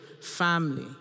family